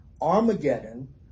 Armageddon